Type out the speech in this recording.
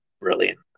brilliant